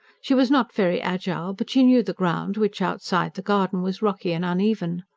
she was not very agile but she knew the ground, which, outside the garden was rocky and uneven.